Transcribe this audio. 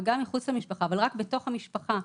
אבל רק בתוך המשפחה,